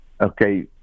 okay